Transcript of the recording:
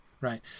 right